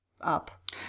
up